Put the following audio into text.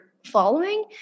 following